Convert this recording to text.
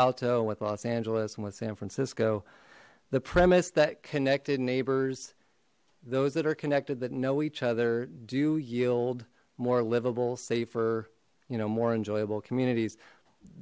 alto with los angeles and with san francisco the premise that connected neighbors those that are connected that know each other do yield more livable safer you know more enjoyable communities